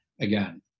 again